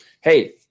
Hey